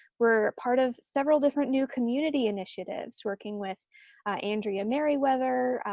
we're part of several different new community initiatives working with andrea merriweather,